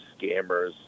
scammers